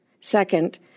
Second